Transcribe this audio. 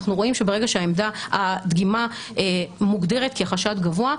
אנחנו רואים שברגע שהדגימה מוגדרת כחשד גבוה,